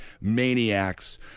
maniacs